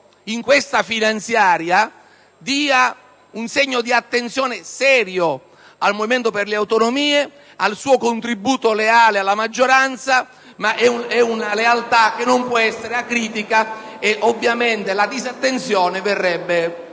in questa finanziaria dia un segno di attenzione serio al Movimento per le Autonomie e al suo contributo leale alla maggioranza; la nostra è una lealtà che non può essere acritica, e ovviamente la disattenzione verrebbe